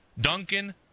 Duncan